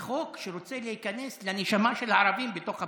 וחוק שרוצה להיכנס לנשמה של הערבים בתוך הבתים.